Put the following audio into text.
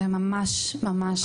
זה ממש ממש פסיכי.